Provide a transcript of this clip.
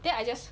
then I just